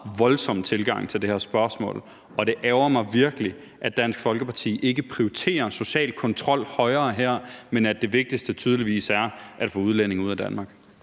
voldsom tilgang til det her spørgsmål, og det ærgrer mig virkelig, at Dansk Folkeparti ikke prioriterer social kontrol højere her, men at det vigtigste tydeligvis er at få udlændinge ud af Danmark.